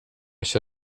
się